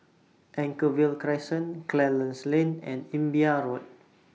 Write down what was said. Anchorvale Crescent Clarence Lane and Imbiah Road